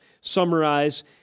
summarize